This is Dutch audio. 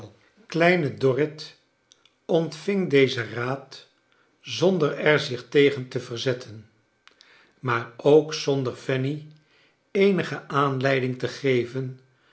kleine dorrit ontving dezen raad zonder er zich tegen te verzetten maar ook zander fanny eenige aanleiding te geve